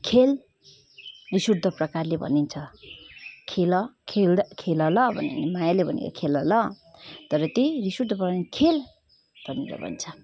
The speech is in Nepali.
खेल रिस उठ्दो प्रकारले भनिन्छ खेल खेल खेल ल भन्यो भने मायाले भनेको खेल ल तर त्यही रिस उठ्दो प्रकारले खेल भनेर भन्छ